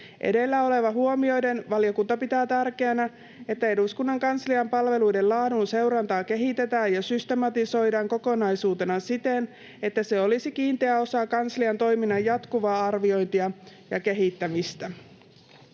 Edellä olevan huomioiden valiokunta pitää tärkeänä, että eduskunnan kanslian palveluiden laadun seurantaa kehitetään ja systematisoidaan kokonaisuutena siten, että se olisi kiinteä osa kanslian toiminnan jatkuvaa arviointia ja kehittämistä.